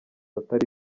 atari